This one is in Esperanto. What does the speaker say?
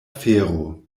fero